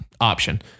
option